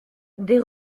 des